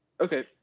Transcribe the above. Okay